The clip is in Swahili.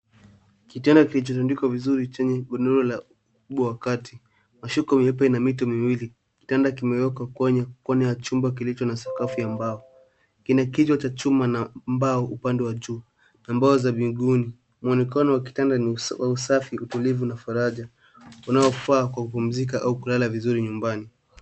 Kitanda kilichotandikwa vizuri chenye godoro la ukubwa wa kati. Mashuka meupe na mito miwili, kitanda kimewekwa kwenye kona ya chumba kilicho na sakafu ya mbao. Kina kichwa cha chuma na mbao upande wa juu na mbao za miguuni. Mwonekano wa kitanda ni wa usafi, utulivu na faraja, unaofaa kwa kupumzika au kulala vizuri nyumbani.